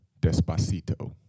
Despacito